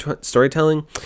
storytelling